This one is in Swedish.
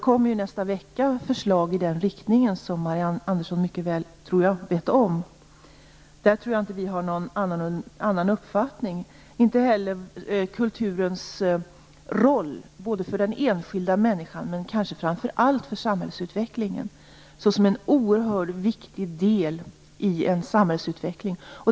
I nästa vecka kommer förslag i den riktningen, vilket jag tror att Marianne Andersson är väl medveten om. Vi har ingen annan uppfattning om det och inte heller om kulturens roll, för den enskilda människan men kanske framför allt för samhällsutvecklingen. Kulturen är en oerhört viktigt del i samhällsutvecklingen.